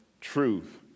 Truth